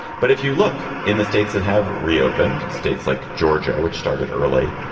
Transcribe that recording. but if you look in the states that have reopened states like georgia, which started early.